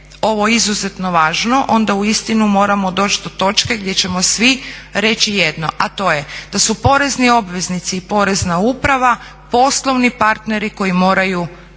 ovo izuzetno važno onda uistinu moramo doći do točke gdje ćemo svi reći jedno, a to je da su porezni obveznici i porezna uprava poslovni partneri koji moraju